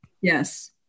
Yes